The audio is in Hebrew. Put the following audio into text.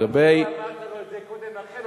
חבל שלא אמרת לו את זה קודם לכן,